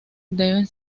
deben